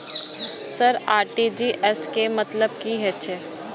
Sir RTGS के मतलब की हे छे?